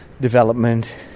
development